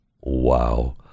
wow